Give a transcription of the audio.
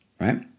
right